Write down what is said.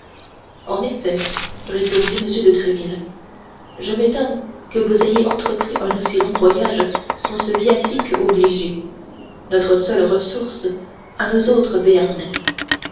en effet répondit m de tréville je m'étonne que vous ayez entrepris un aussi long voyage sans ce viatique obligé notre seule ressource à nous autres